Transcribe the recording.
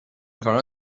کارا